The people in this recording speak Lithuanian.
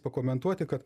pakomentuoti kad